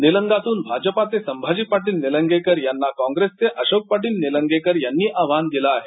निलंग्यातून भाजपा चे संभाजी पाटील निलंगेकर यांना कॉंग्रेस चे अशोक पाटील निलंगेकर यांनी आव्हान दिलं आहे